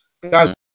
Guys